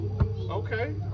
okay